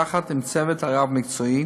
יחד עם הצוות הרב-מקצועי,